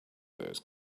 those